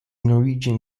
norwegian